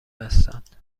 هستند